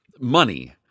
Money